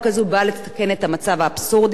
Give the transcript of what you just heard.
היא התכוונה שתי דקות מעבר לעשר,